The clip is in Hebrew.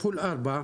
כפול ארבע,